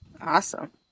Awesome